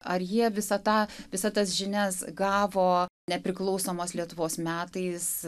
ar jie visą tą visą tas žinias gavo nepriklausomos lietuvos metais